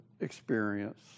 experience